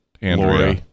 Andrea